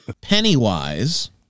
Pennywise